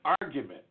argument